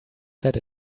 said